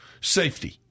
Safety